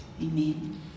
Amen